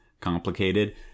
complicated